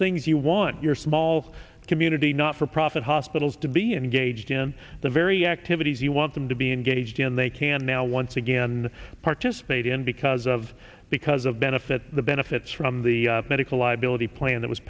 things you want your small community not for profit hospitals to be engaged in the very activities you want them to be engaged in they can now once again participate in because of because of benefit the benefits from the medical liability plan that was